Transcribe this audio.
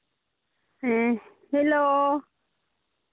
ᱦᱮᱸ ᱦᱮᱞᱳ